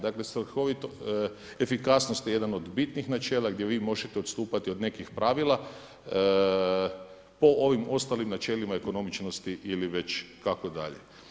Dakle efikasnost je jedan od bitnih načela gdje vi možete odstupati od nekih pravila po ovim ostalim načelima ekonomičnosti ili već kako dalje.